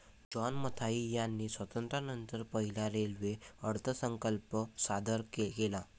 John Mathai यांनी स्वातंत्र्यानंतर पहिला रेल्वे अर्थसंकल्प सादर केला